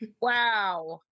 Wow